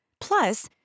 Plus